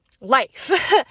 life